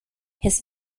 his